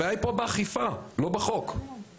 הבעיה היא פה באכיפה, לא בחוק, זהו.